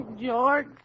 George